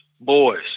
boys